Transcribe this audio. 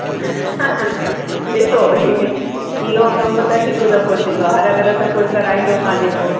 ॾिसो इहो कम त हिक दफ़ो ई थींदो आहे हर घर त कोई कराईंदो कोन्हे को